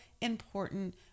important